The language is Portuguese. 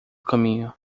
caminho